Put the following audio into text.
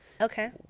okay